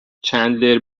چندلر